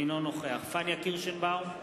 אינו נוכח פניה קירשנבאום,